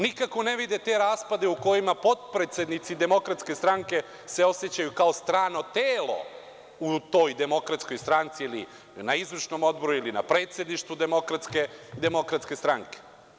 Nikako ne vide te raspade u kojima se potpredsednici Demokratske stranke osećaju kao strano telo u toj Demokratskoj stranci, ili na izvršnom odboru, ili na predsedništvu Demokratske stranke.